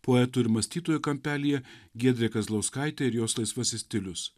poetų ir mąstytojų kampelyje giedrė kazlauskaitė ir jos laisvasis stilius